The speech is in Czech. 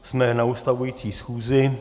Jsme na ustavující schůzi.